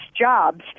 jobs